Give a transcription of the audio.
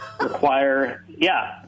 require—yeah